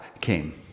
came